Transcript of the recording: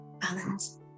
balance